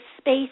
space